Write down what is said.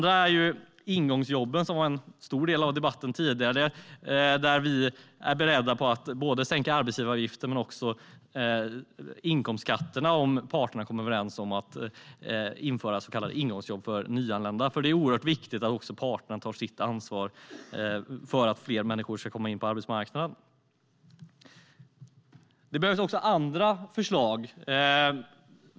Ingångsjobb var en stor del av den förra debatten. Vi är beredda att sänka arbetsgivaravgiften men också inkomstskatterna om parterna kommer överens om att införa så kallade ingångsjobb för nyanlända. Det är oerhört viktigt att också parterna tar sitt ansvar för att fler människor ska komma in på arbetsmarknaden. Det behövs också andra förslag.